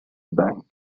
bank